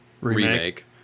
remake